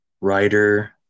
writer